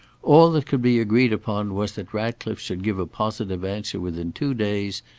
all that could be agreed upon was that ratcliffe should give a positive answer within two days,